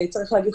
צריך להגיד,